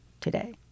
today